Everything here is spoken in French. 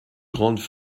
grandes